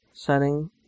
setting